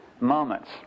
moments